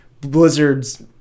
Blizzard's